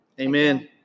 Amen